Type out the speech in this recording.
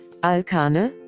Alkane